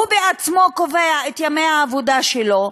הוא בעצמו קובע את ימי העבודה שלו,